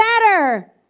better